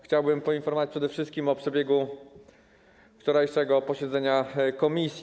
Chciałbym poinformować przede wszystkim o przebiegu wczorajszego posiedzenia komisji.